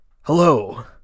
Hello